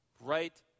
right